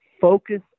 Focus